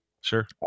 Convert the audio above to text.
Sure